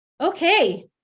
okay